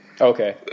okay